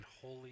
holy